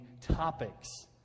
topics